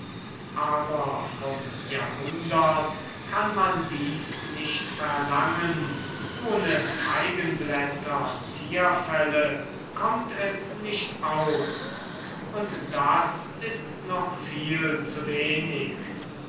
aber vom jahrhundert kann man dies nicht verlangen ohne feigenblätter und tierfelle kommt es nicht aus und das ist noch viel zu wenig